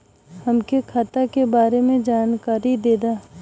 हमके खाता के बारे में जानकारी देदा?